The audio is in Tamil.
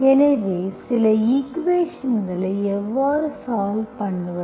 எனவே சில ஈக்குவேஷன்ஸ்களை எவ்வாறு சால்வ் பண்ணுவது